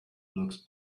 looks